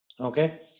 okay